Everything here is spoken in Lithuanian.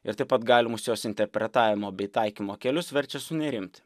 ir taip pat galimus jos interpretavimo bei taikymo kelius verčia sunerimti